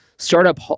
Startup